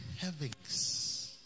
heavens